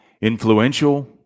influential